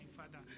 Father